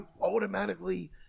automatically –